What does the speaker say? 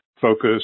focus